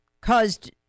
Caused